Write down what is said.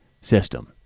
system